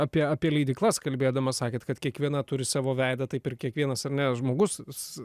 apie apie leidyklas kalbėdama sakėt kad kiekviena turi savo veidą taip ir kiekvienas ar ne žmogus